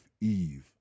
Eve